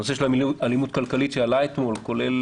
הנושא של אלימות כלכלית שעלה אתמול כולל